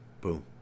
boom